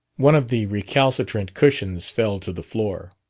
one of the recalcitrant cushions fell to the floor.